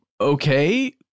okay